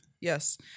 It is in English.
Yes